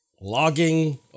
Logging